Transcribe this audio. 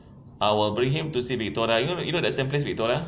I will bring him to see victoria you know that same place victoria